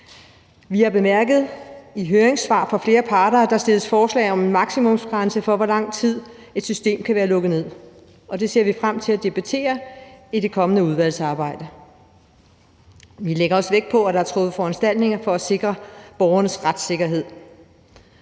Vi har bemærket i høringssvar fra flere parter, at der stilles forslag om en maksimumsgrænse for, hvor lang tid et system kan være lukket ned, og det ser vi frem til at debattere i det kommende udvalgsarbejde. Vi lægger også vægt på, at der er truffet foranstaltninger for at sikre borgernes retssikkerhed.